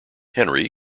henry